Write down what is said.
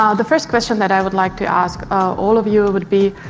um the first question that i would like to ask all of you would be,